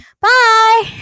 bye